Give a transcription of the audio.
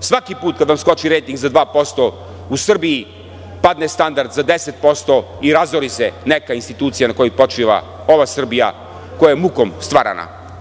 Svaki puta kad vam skoči rejting za 2% u Srbiji padne standard za 10% i razori se neka institucija na kojoj počiva ova Srbija koja je mukom stvarana.Za